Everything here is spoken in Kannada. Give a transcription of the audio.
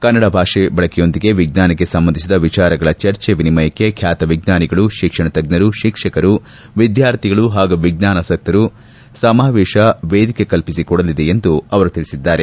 ಕನ್ನಡ ಭಾಷೆ ಬಳಕೆಯೊಂದಿಗೆ ವಿಜ್ವಾನಕ್ಕೆ ಸಂಬಂಧಿಸಿದ ವಿಚಾರಗಳ ಚರ್ಚೆ ವಿನಿಮಯಕ್ಕೆ ಖ್ಯಾತ ವಿಜ್ವಾನಿಗಳು ಶಿಕ್ಷಣ ತಜ್ವರು ಶಿಕ್ಷಕರು ವಿದ್ಯಾರ್ಥಿಗಳು ಹಾಗೂ ವಿಜ್ಞಾನಾಸಕ್ತರಿಗೆ ಸಮಾವೇಶ ವೇದಿಕೆ ಕಲ್ಪಿಸಿ ಕೊಡಲಿದೆ ಎಂದು ಅವರು ತಿಳಿಸಿದ್ದಾರೆ